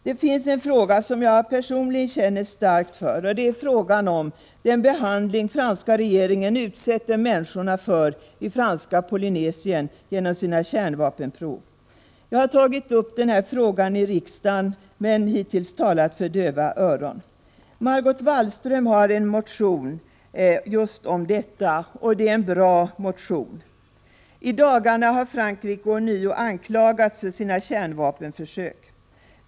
Det finns en fråga som jag personligen känner starkt för, och det är frågan om den behandling som den franska regeringen genom sina kärnvapenprov utsätter människorna för i Franska Polynesien. Jag har tagit upp denna fråga i riksdagen tidigare, men jag har hittills talat för döva öron. Margot Wallström har skrivit en motion om just detta, och det är en bra motion. I dagarna har Frankrike ånyo anklagats för sina kärnvapenprov.